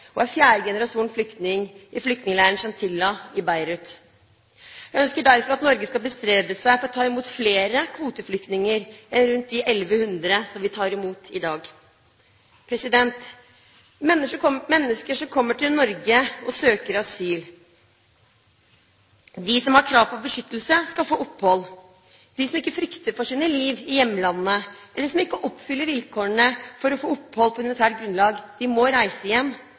og er fjerde generasjon flyktning i flyktningleiren Shatila i Beirut. Jeg ønsker derfor at Norge skal bestrebe seg på å ta imot flere kvoteflyktninger enn rundt de 1 100 som vi tar imot i dag. Mennesker kommer til Norge og søker asyl. De som har krav på beskyttelse, skal få opphold. De som ikke frykter for sine liv i hjemlandene, eller som ikke oppfyller vilkårene for å få opphold på humanitært grunnlag, må reise hjem.